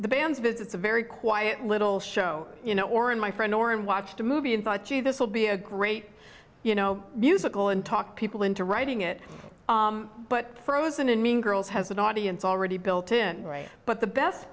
the band's visits a very quiet little show you know or and my friend or and watched a movie and thought gee this will be a great you know musical and talk people into writing it but frozen in mean girls has an audience already built in but the best